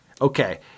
Okay